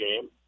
game